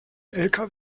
lkw